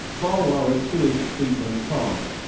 bharwara sewage treatment plant